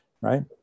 right